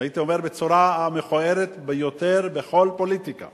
הייתי אומר בצורה המכוערת ביותר בכל פוליטיקה